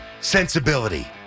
sensibility